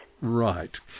Right